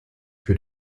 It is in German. für